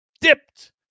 dipped